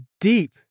deep